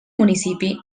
municipi